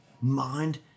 mind